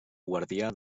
guardià